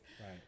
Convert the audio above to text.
Right